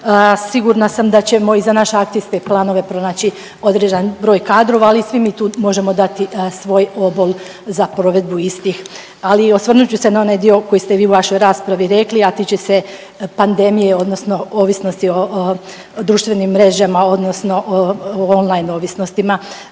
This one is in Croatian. Sigurna sam da ćemo i za naše akcijske planove pronaći određen broj kadrova, ali svi mi tu možemo dati svoj obol za provedbu istih. Ali osvrnut ću se na onaj dio koji ste vi u vašoj raspravi rekli, a tiče se pandemije odnosno ovisnosti o društvenim mrežama odnosno o online ovisnostima.